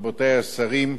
רבותי השרים,